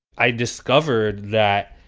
i discovered that,